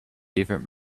different